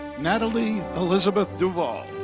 natalie elizabeth duval.